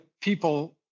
people